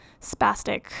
spastic